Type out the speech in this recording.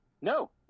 No